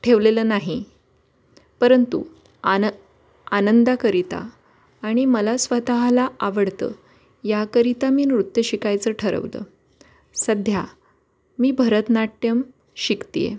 ठेवलेलं नाही परंतु आन आनंदाकरिता आणि मला स्वतःला आवडतं याकरिता मी नृत्य शिकायचं ठरवलं सध्या मी भरतनाट्यम शिकते आहे